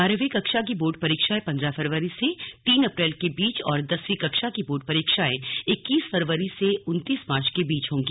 बारहवीं कक्षा की बोर्ड परीक्षाएं पंद्रह फरवरी से तीन अप्रैल के बीच और दसवीं कक्षा की बोर्ड परीक्षा इक्कीस फरवरी से उनतीस मार्च के बीच होंगी